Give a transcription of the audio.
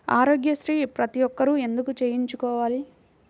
ఆరోగ్యశ్రీ ప్రతి ఒక్కరూ ఎందుకు చేయించుకోవాలి?